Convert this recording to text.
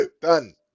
Done